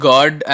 God